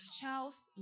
Charles